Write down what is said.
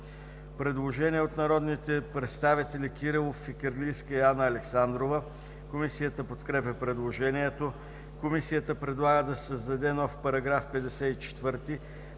Предложение от народните представители Кирилов, Фикирлийска и Александрова. Комисията подкрепя предложението. Комисията предлага да се създаде нов § 53: „§ 53.